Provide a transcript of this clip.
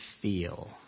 feel